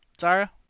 Zara